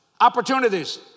Opportunities